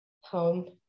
Home